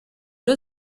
joe